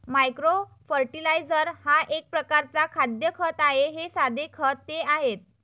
micro fertiliser हा एक प्रकारचा खाद्य खत आहे हे साधे खते आहेत